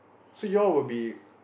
so you all will be